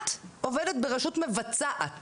את עובדת ברשות מבצעת